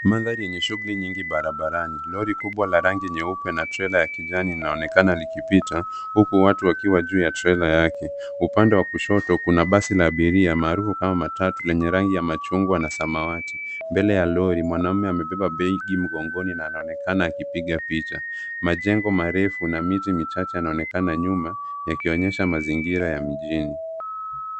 Mandhari yenye shughuli nyingi barabarani. Lori kubwa la rangi nyeupe na trela ya kijani linaonekana likipita, huku watu wakiwa juu ya trela yake. Upande wa kushoto kuna basi la abiria, maarufu kama matatu lenye rangi ya machungwa na samawati. Mbele ya lori, mwanaume amebeba begi mgongoni na anaonekana akipiga picha. Majengo marefu na miti michache yanaonekana nyuma, yakionyesha mazingira ya mjini.